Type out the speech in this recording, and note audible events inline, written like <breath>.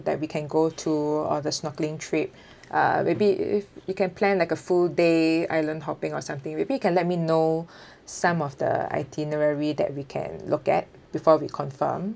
that we can go to or the snorkeling trip uh maybe if you can plan like a full day island-hopping or something maybe you can let me know <breath> some of the itinerary that we can look at before we confirm